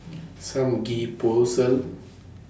Samgeyopsal